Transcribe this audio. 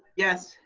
yes.